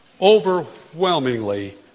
overwhelmingly